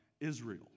Israel